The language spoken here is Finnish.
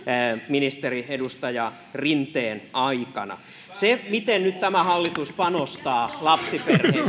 ministeri rinteen aikana miten tämä hallitus nyt panostaa lapsiperheisiin